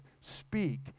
Speak